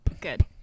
good